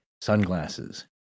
Sunglasses